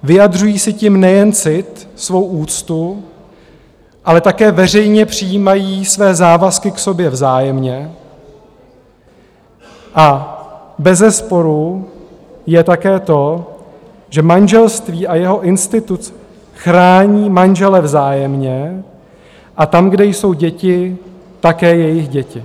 Vyjadřují si tím nejen cit, svou úctu, ale také veřejně přijímají své závazky k sobě vzájemně, a bezesporu je také to, že manželství a jeho institut chrání manžele vzájemně a tam, kde jsou děti, také jejich děti.